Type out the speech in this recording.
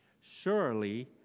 Surely